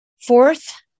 Fourth